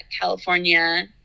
California